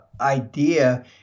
idea